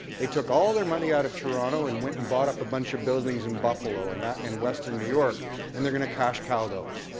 they took all their money out of toronto and went and bought up a bunch of buildings in buffalo, in and western new york and they're going to cash cow those.